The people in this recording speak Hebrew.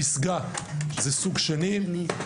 פסגה זוג שני,